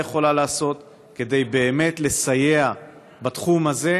יכולה לעשות כדי באמת לסייע בתחום הזה,